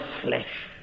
flesh